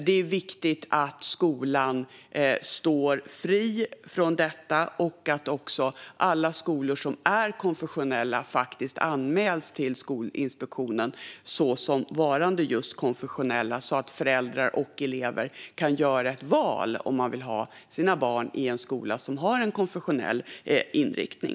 Det är viktigt att skolan står fri från detta och att också alla skolor som är konfessionella faktiskt anmäls till Skolinspektionen som varande just konfessionella så att föräldrar och elever kan välja om de vill ha en skola med en konfessionell inriktning.